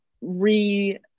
re